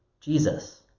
Jesus